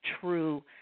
true